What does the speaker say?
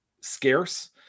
scarce